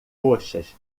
roxas